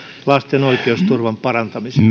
lasten oikeusturvan parantamiseksi